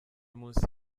munsi